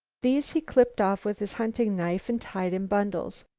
these he clipped off with his hunting knife and tied in bundles.